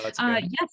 Yes